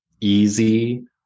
easy